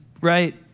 right